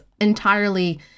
entirely